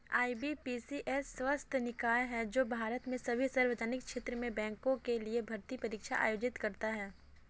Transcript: IBPS स्वायत्त निकाय है जो भारत में सभी सार्वजनिक क्षेत्र के बैंकों के लिए भर्ती परीक्षा आयोजित करता है